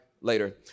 later